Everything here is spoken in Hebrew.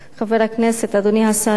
חבר הכנסת, אדוני השר,